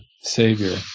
Savior